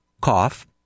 cough